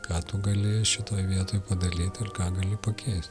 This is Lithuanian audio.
ką tu gali šitoj vietoj padaryti ir ką gali pakeist